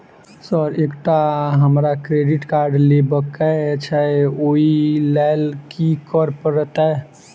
Sir एकटा हमरा credit card लेबकै छैय ओई लैल की करऽ परतै?